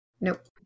nope